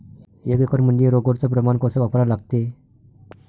एक एकरमंदी रोगर च प्रमान कस वापरा लागते?